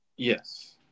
Yes